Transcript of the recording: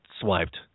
swiped